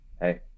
Hey